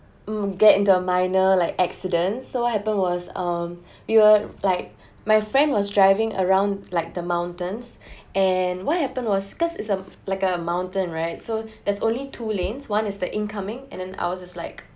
mm get into a minor like accident so what happened was um we were like my friend was driving around like the mountains and what happened was because it's a like a mountain right so there is only two lanes one is the incoming and then out is like